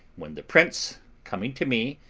when the prince coming to me,